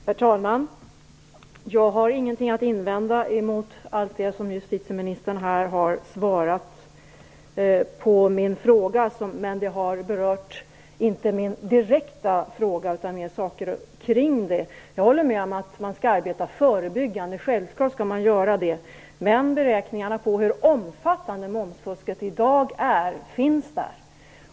Herr talman! Jag har ingenting att invända emot allt det justitieministern här har svarat på min fråga, men det har inte direkt berört min fråga utan snarare kretsat omkring den. Jag håller med om att man skall arbeta förebyggande - självklart skall man göra det - men beräkningarna av hur omfattande momsfusket i dag är finns där.